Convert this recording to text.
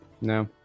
No